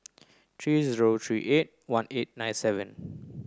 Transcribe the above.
three zero three eight one eight nine seven